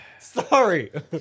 Sorry